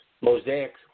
mosaic